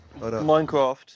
Minecraft